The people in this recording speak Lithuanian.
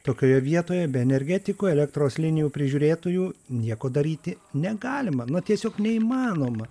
tokioje vietoje be energetikų elektros linijų prižiūrėtojų nieko daryti negalima na tiesiog neįmanoma